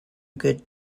good